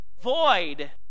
void